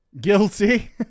guilty